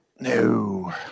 no